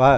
வா